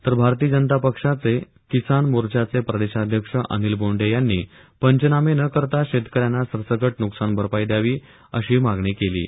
तर भारतीय जनता पक्षाचे किसान मोर्चाचे प्रदेशाध्यक्ष अनिल बोंडे यांनी पंचनामे न करता शेतकऱ्यांना सरसकट नुकसानभरपाई द्यावी अशी मागणी केली आहे